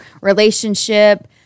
relationship